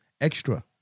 extra